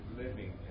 living